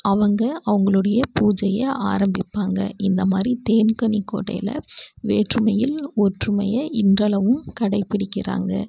அவங்க அவங்களுடைய பூஜையை ஆரம்பிப்பாங்க இந்தமாதிரி தேன்கனிக்கோட்டையில் வேற்றுமையில் ஒற்றுமையை இன்றளவும் கடைப்பிடிக்கின்றாங்க